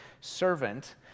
servant